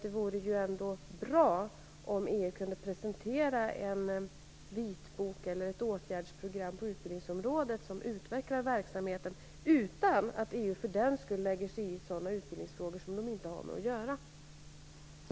Det vore ändå bra om EU kunde presentera en vitbok eller ett åtgärdsprogram på utbildningsområdet som utvecklar verksamheten utan att EU för den skull lägger sig i sådana utbildningsfrågor som EU inte har något att göra med.